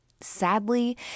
Sadly